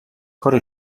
کار